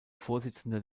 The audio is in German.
vorsitzender